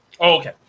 Okay